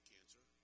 cancer